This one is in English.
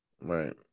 Right